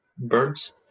birds